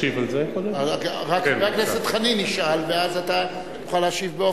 חבר הכנסת חנין ישאל ואז תוכל להשיב.